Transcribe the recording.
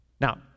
Now